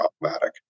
problematic